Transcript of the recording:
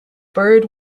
byrd